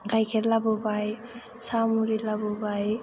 गाइखेर लाबोबाय साहा मुरि लाबोबाय